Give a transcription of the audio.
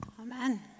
Amen